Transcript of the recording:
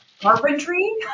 Carpentry